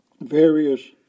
various